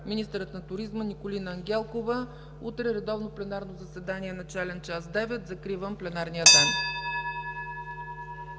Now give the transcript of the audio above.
министърът на туризма Николина Ангелкова. Утре – редовно пленарно заседание с начален час 9,00. Закривам пленарния ден.